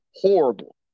horrible